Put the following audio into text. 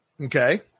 Okay